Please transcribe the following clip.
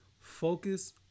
focus